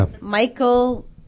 Michael